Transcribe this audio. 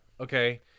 okay